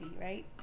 right